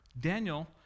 Daniel